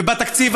חבר הכנסת